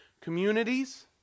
communities